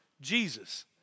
Jesus